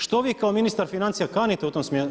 Što vi kao ministar financija kanite u tom smjeru?